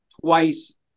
twice